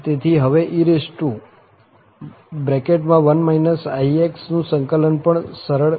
તેથી હવે ex નું સંકલન પણ સરળ છે